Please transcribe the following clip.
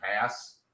pass